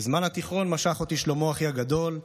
בזמן התיכון משך אותי שלמה, אחי הגדול,